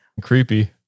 Creepy